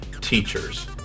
teachers